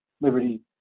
liberty